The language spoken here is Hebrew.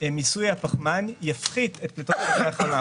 מיסוי הפחמן יפחית את פליטת גזי החממה.